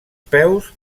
peus